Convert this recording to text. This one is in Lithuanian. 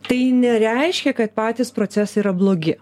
tai nereiškia kad patys procesai yra blogi